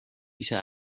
ise